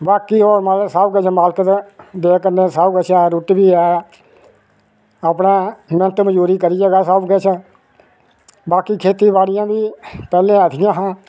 वाकी ओह् मतलब सब किश मालक दे दया कन्नै सब किश है रुट्टी बी ऐ अपना मैहनत मजूरी करी सब किश वाकी खेती बाड़ी पैहले ऐसियां हियां